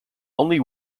only